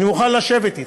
אני מוכן לשבת אתך.